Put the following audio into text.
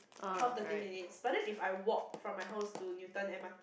twelve thirteen minutes but then if I walk from my house to Newton M_R_T